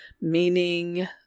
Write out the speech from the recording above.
meaning